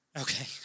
Okay